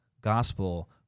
gospel